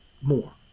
more